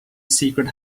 secret